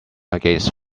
against